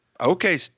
okay